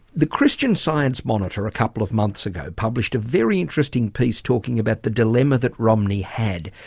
the christian science monitor a couple of months ago published a very interesting piece talking about the dilemma that romney had.